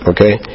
Okay